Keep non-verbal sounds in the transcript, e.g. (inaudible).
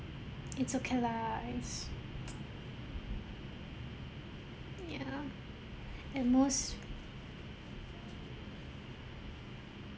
it's okay lah I just (noise) yeah and most